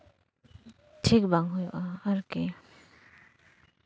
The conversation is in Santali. ᱴᱷᱤᱠ ᱵᱟᱝ ᱦᱩᱭᱩᱜᱼᱟ ᱟᱨᱠᱤ